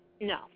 no